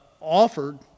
offered